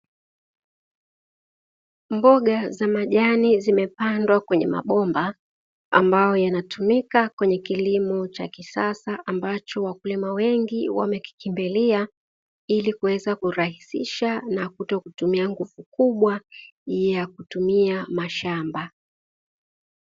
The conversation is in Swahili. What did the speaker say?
Mboga za majani zimepandwa kwenye mabomba ambayo yanatumika kwenye kilimo cha kisasa ambacho wakulima wengi wamekikimbilia, ili kuweza kurahisisha na kutokutumia nguvu kubwa ya kutumia mashamba.